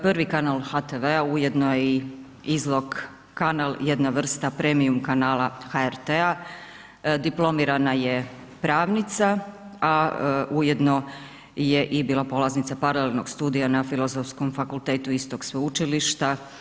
Prvi kanal HTV-a ujedno je i izlog kanal, jedna vrsta premium kanala HRT-a, diplomirana ne pravnica, a ujedno je bila polaznika paralelnog studija na Filozofskom fakultetu istog sveučilišta.